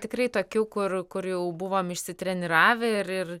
tikrai tokių kur kur jau buvom išsitreniravę ir ir